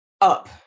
up